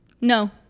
no